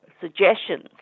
suggestions